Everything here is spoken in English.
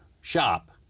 shop